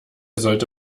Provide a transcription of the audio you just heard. sollte